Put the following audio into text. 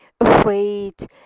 afraid